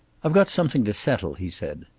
i've got something to settle, he said.